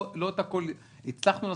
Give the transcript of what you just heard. לא את הכל הצלחנו לעשות,